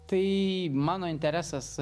tai mano interesas